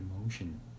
emotion